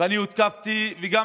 ואני הותקפתי הרבה,